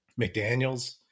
McDaniels